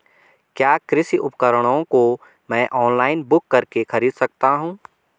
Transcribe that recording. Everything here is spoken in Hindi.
क्या कृषि उपकरणों को मैं ऑनलाइन बुक करके खरीद सकता हूँ?